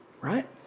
right